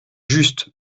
juste